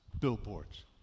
billboards